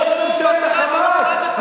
ראש ממשלת ה"חמאס",